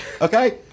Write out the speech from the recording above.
Okay